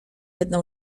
jedną